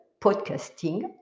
podcasting